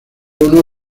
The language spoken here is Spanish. uno